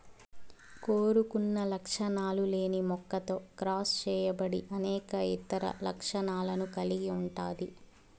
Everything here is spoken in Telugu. కోరుకున్న లక్షణాలు లేని మొక్కతో క్రాస్ చేయబడి అనేక ఇతర లక్షణాలను కలిగి ఉంటాది